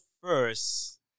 first